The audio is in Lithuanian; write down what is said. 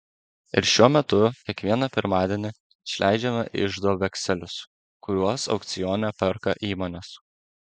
ir šiuo metu kiekvieną pirmadienį išleidžiame iždo vekselius kuriuos aukcione perka įmonės